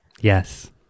Yes